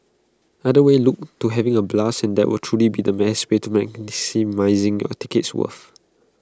either way look to having A blast and that will truly be the way to maximising your ticket's worth